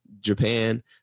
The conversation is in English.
Japan